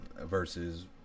versus